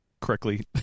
correctly